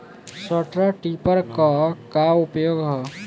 Straw reaper क का उपयोग ह?